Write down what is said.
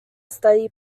study